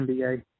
NBA